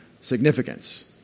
significance